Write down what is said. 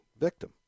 victim